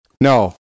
no